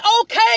okay